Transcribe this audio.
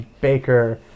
Baker